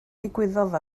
ddigwyddodd